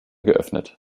geöffnet